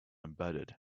embedded